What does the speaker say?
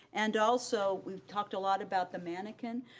and also, we talked a lot about the mannequin.